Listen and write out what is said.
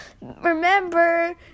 remember